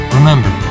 Remember